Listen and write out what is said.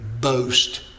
boast